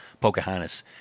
Pocahontas